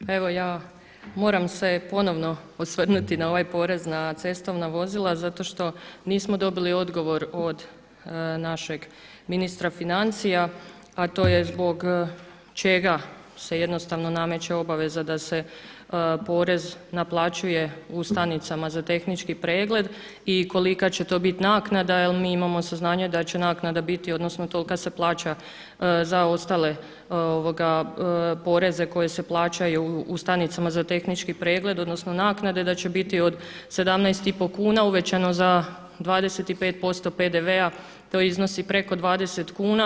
Pa evo ja moram se ponovno osvrnuti na ove porez na cestovna vozila zato što nismo dobili odgovor od našeg ministra financija, a to je zbog čega se jednostavno nameće obaveza da se porez naplaćuje u stanicama za tehnički pregled i kolika će to biti naknada, jel mi imamo saznanja da će naknada biti odnosno tolika se plaća za ostale poreze koje se plaćaju u stanicama za tehnički pregled odnosno naknade da će biti od 17,5 kuna uvećano za 25% PDV-a to iznosi preko 20 kuna.